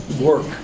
work